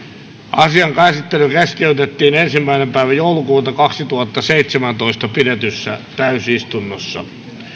asian käsittely keskeytettiin ensimmäinen kahdettatoista kaksituhattaseitsemäntoista pidetyssä täysistunnossa